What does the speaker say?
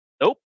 Nope